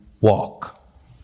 walk